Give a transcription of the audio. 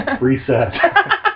Reset